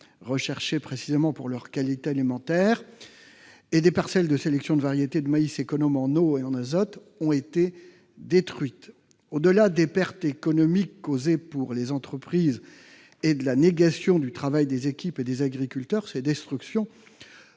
recherchées précisément pour leur qualité alimentaire, et des parcelles de sélection de variétés de maïs économes en eau et en azote ont été détruites. Au-delà des pertes économiques causées aux entreprises et de la négation du travail des équipes et des agriculteurs, ces destructions